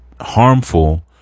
harmful